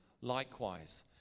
Likewise